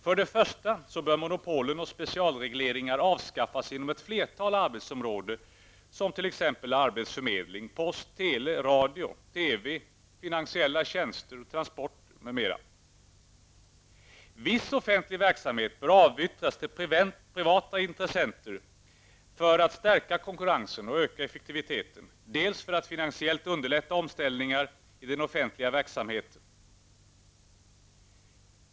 För det första bör monopol och specialregleringar avskaffas inom ett flertal arbetsområden, såsom arbetsförmedling, post, tele, radio, TV, finansiella tjänster och transporter, m.m. Viss offentlig verksamhet bör avyttras till privata intressenter för att stärka konkurrensen och öka effektiviteten och för att finansiellt underlätta omställningar i den offentliga verksamheten.